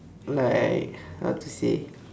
like how to say